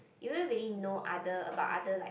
you don't really know other about other like